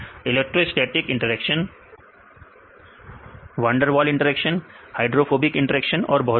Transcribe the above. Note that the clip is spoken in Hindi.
electrostatic interaction Electrostatic interactions van der Waals interaction hydrophobic interaction और बहुत कुछ